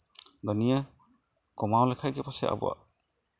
ᱟᱫᱚ ᱱᱤᱭᱟᱹ ᱠᱚᱢᱟᱣ ᱞᱮᱠᱷᱟᱡ ᱜᱮ ᱯᱟᱥᱮᱡ ᱟᱵᱚᱣᱟᱜ